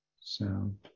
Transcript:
sound